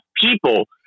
people